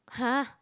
!huh!